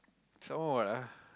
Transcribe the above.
some more what ah